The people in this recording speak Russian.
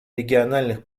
региональных